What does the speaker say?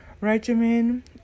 Regimen